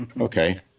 okay